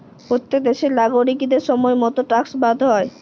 প্যত্তেক দ্যাশের লাগরিকদের সময় মত ট্যাক্সট ভ্যরতে হ্যয়